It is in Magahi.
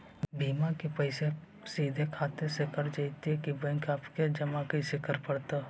बिमा के पैसा सिधे खाता से कट जितै कि बैंक आके जमा करे पड़तै?